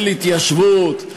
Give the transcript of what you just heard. של התיישבות,